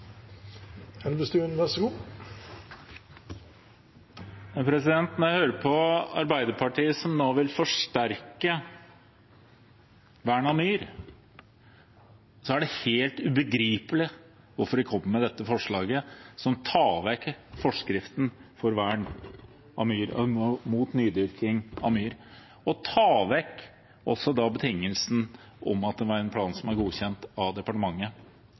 Når jeg hører på Arbeiderpartiet som nå vil forsterke vernet av myr, er det helt ubegripelig hvorfor de kommer med dette forslaget som tar vekk forskriften mot nydyrking av myr og også tar vekk betingelsen om at det var en plan som var godkjent av departementet.